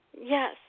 Yes